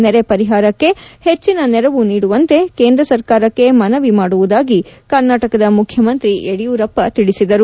ನೆರೆ ಪರಿಹಾರಕ್ಕೆ ಹೆಚ್ಚನ ನೆರವು ನೀಡುವಂತೆ ಕೇಂದ್ರ ಸರ್ಕಾರಕ್ಕೆ ಮನವಿ ಮಾಡಿಕೊಳ್ಳುವುದಾಗಿ ಕರ್ನಾಟಕದ ಮುಖ್ಯಮಂತ್ರಿ ಯಡಿಯೂರಪ್ಪ ತಿಳಿಸಿದರು